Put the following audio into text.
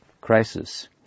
crisis